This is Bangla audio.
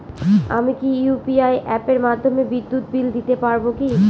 আমি কি ইউ.পি.আই অ্যাপের মাধ্যমে বিদ্যুৎ বিল দিতে পারবো কি?